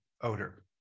odor